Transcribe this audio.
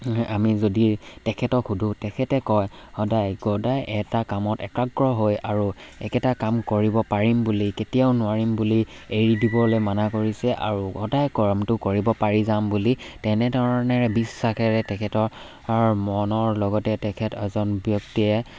আমি যদি তেখেতক সোধোঁ তেখেতে কয় সদায় গদায় এটা কামত একাগ্ৰহ হৈ আৰু একেটা কাম কৰিব পাৰিম বুলি কেতিয়াও নোৱাৰিম বুলি এৰি দিবলৈ মানা কৰিছে আৰু সদায় কৰমটো কৰিব পাৰি যাম বুলি তেনেধৰণেৰে বিশ্বাসেৰে তেখেতৰ মনৰ লগতে তেখেত এজন ব্যক্তিয়ে